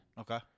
Okay